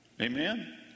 Amen